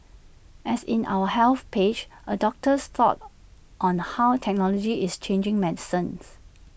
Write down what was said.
as in our health page A doctor's thoughts on how technology is changing medicines